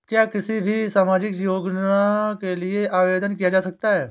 क्या किसी भी सामाजिक योजना के लिए आवेदन किया जा सकता है?